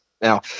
Now